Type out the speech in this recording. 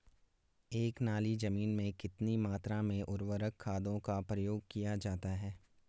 एक नाली जमीन में कितनी मात्रा में उर्वरक खादों का प्रयोग किया जाता है?